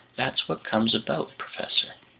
that's what comes about, professor.